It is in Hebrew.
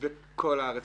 בכל הארץ.